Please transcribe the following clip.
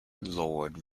lord